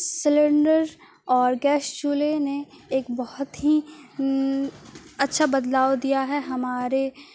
cylinder اور gas چولہے نے ایک بہت ہی اچھا بدلاؤ دیا ہے ہمارے